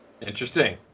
Interesting